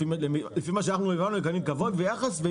לפי מה שאמרו לנו הם מקבלים כבוד ויחס.